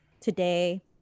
today